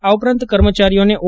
આ ઉપરાંત કર્મચારીઓને ઓ